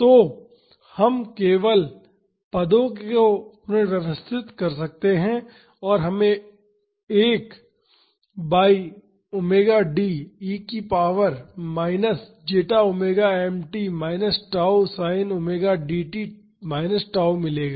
तो हम केवल पदों को पुनर्व्यवस्थित कर सकते हैं और हमें 1 by m omega D e की power minus zeta omega m t minus tau sine omega D t minus tau मिलेगा